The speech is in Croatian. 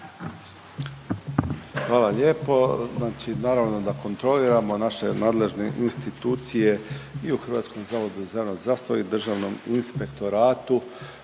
Hvala lijepo. Znači naravno da kontroliramo naše nadležne institucije, i u HZJZ i u Državnom inspektoratu